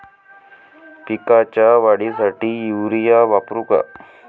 पिकाच्या वाढीसाठी युरिया वापरू का?